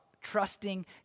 trusting